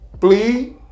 please